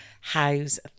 How's